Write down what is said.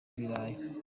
ibirayi